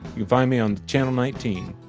find me on channel nineteen,